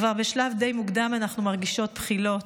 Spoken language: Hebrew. כבר בשלב די מוקדם אנחנו מרגישות בחילות.